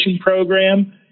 program